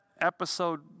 episode